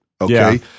Okay